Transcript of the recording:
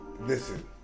Listen